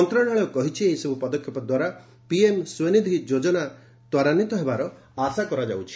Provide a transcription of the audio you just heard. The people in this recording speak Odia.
ମନ୍ତ୍ରଶାଳୟ କହିଛି ଏହିସବୁ ପଦକ୍ଷେପ ଦ୍ୱାରା ପିଏମ୍ ସ୍ୱନିଧି ଯୋଜନା ତ୍ୱରାନ୍ୱିତ ହେବାର ଆଶା କରାଯାଉଛି